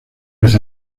vez